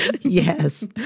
yes